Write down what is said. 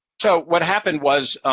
so, what happened was,